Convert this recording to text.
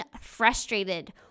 frustrated